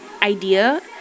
idea